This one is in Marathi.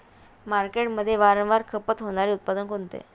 मार्केटमध्ये वारंवार खपत होणारे उत्पादन कोणते?